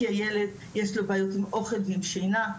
כי הילד יש לו בעיות עם אוכל ועם שינה,